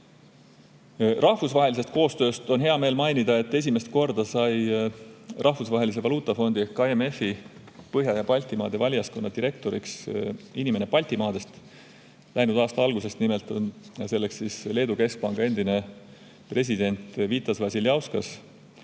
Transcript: Rahvusvahelise koostöö kohta on hea meel mainida, et esimest korda sai Rahvusvahelise Valuutafondi ehk IMF‑i Põhja- ja Baltimaade valijaskonna direktoriks inimene Baltimaadest, läinud aasta algusest on selleks Leedu keskpanga endine president Vitas Vasiliauskas.